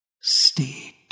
state